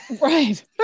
right